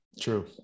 True